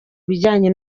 bijyanye